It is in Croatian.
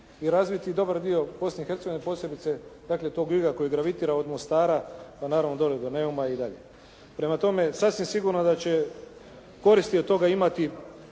i razviti dobar dio Bosne i Hercegovine posebice dakle tog giga koji gravitira od Mostara pa naravno dole do Neuma i dalje. Prema tome, sasvim sigurno da će koristi od toga imati